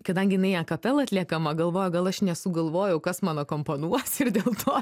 kadangi jinai akapela atliekama galvoju gal aš nesugalvojau kas man akomponuos ir dėl to